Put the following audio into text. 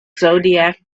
zodiac